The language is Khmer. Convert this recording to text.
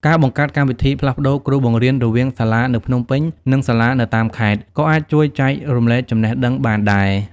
ការបង្កើតកម្មវិធីផ្លាស់ប្តូរគ្រូបង្រៀនរវាងសាលានៅភ្នំពេញនិងសាលានៅតាមខេត្តក៏អាចជួយចែករំលែកចំណេះដឹងបានដែរ។